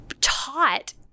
taught